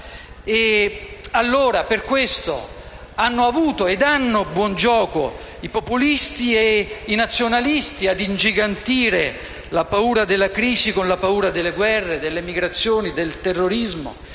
Per questo hanno avuto e hanno buon gioco i populisti e i nazionalisti ad ingigantire la paura della crisi con la paura delle guerre, delle migrazioni, del terrorismo: